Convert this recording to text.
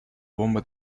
bomba